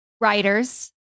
writers